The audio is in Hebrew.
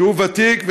שהוא ותיק,